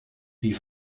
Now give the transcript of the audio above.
die